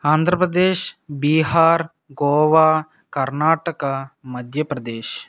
Andhra Pradesh Bihar Goa Karnataka Madhya Pradesh